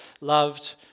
loved